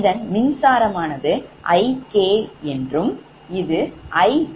இதன் மின்சாரமானது Ik இது Ij